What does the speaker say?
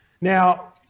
Now